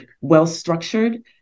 well-structured